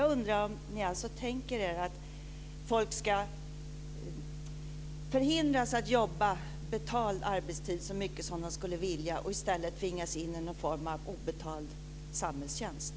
Tänker ni er alltså att människor ska förhindras att jobba betald arbetstid så mycket som de skulle vilja för att i stället tvingas in i en form av obetald samhällstjänst?